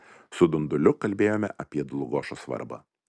su dunduliu kalbėjome apie dlugošo svarbą